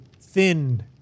thin